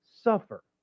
suffer